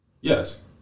Yes